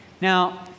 Now